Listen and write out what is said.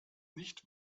nicht